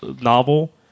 novel